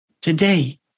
today